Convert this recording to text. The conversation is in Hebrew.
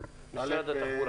מלכה, משרד התחבורה.